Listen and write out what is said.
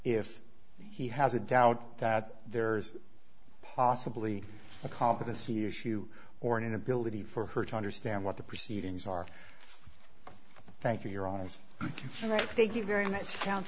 if he has a doubt that there's possibly a competency issue or an inability for her to understand what the proceedings are thank you you're on is all right thank you very much coun